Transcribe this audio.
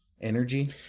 energy